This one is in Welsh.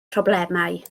problemau